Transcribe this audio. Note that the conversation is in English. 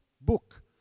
book